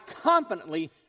confidently